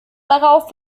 darauf